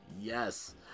Yes